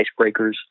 icebreakers